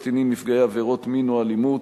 בהצעת חוק סיוע לקטינים נפגעי עבירות מין או אלימות